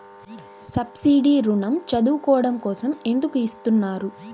Subsidy ఋణం చదువుకోవడం కోసం ఎందుకు ఇస్తున్నారు?